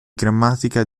grammatica